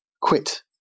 quit